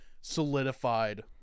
solidified